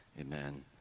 amen